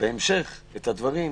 בהמשך את הדברים,